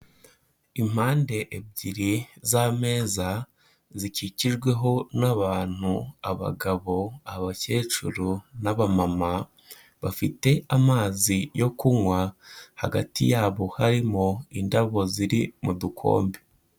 Impande ebyiri z'ameza, zikikijweho n'abantu abagabo, abakecuru n'abama, bafite amazi yo kunywa hagati yabo harimo indabo ziri mu dukombe.